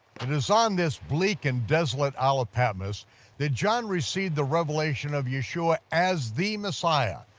it is on this bleak and desolate isle of patmos that john received the revelation of yeshua as the messiah,